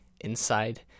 inside